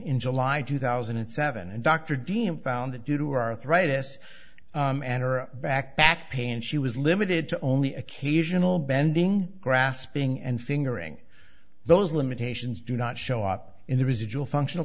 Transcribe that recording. in july two thousand and seven and dr dean found that due to arthritis and her back back pain she was limited to only occasional bending grasping and fingering those limitations do not show up in the residual functional